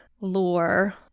lore